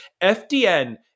FDN